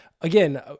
Again